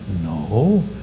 No